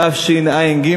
תשע"ג.